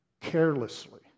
Carelessly